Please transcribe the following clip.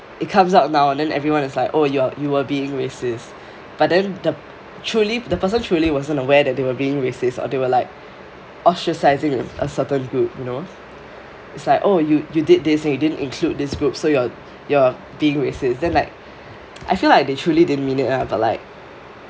it comes out now then everyone is like oh you you are being racist but then the truly the person truly wasn't aware that they are being racist or they like ostracising a certain group you know it's like oh you you did this thing you didn't include this group so you are you are being racist then like I feel like they truly didn't mean it lah but like